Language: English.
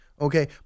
Okay